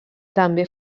també